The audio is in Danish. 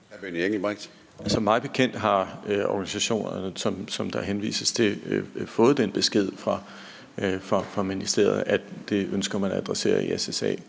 (S): Mig bekendt har organisationerne, som der henvises til, fået den besked fra ministeriet, at det ønsker man at adressere i